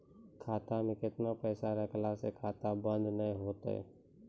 खाता मे केतना पैसा रखला से खाता बंद नैय होय तै?